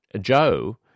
Joe